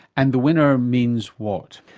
and the winner means what?